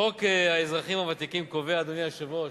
חוק האזרחים הוותיקים קובע, אדוני היושב-ראש,